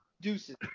deuces